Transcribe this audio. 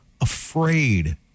afraid